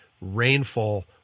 rainfall